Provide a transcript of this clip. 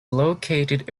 located